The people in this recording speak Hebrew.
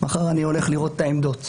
מחר אני הולך לראות את העמדות